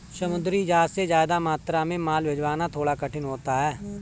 समुद्री जहाज से ज्यादा मात्रा में माल भिजवाना थोड़ा कठिन होता है